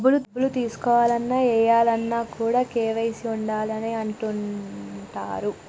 డబ్బులు తీసుకోవాలన్న, ఏయాలన్న కూడా కేవైసీ ఉండాలి అని అంటుంటరు